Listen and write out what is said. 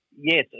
Yes